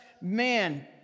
man